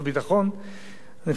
אני חושב שזאת ההצעה הנבונה.